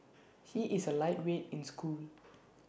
he is A lightweight in school